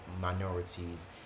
minorities